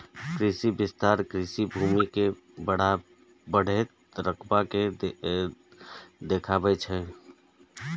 कृषि विस्तार कृषि भूमि के बढ़ैत रकबा के देखाबै छै